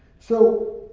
so,